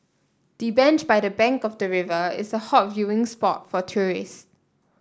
the bench by the bank of the river is a hot viewing spot for tourist